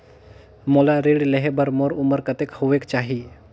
मोला ऋण लेहे बार मोर उमर कतेक होवेक चाही?